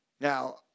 Now